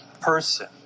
person